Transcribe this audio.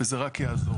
וזה רק יעזור.